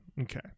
Okay